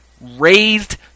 raised